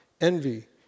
envy